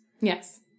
Yes